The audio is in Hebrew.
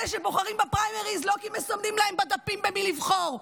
אלה שבוחרים בפריימריז לא כי מסמנים להם בדפים במי לבחור,